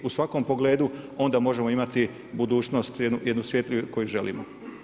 U svakom pogledu onda možemo imati budućnost jednu svjetliju koju želimo.